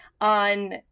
on